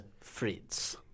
Fritz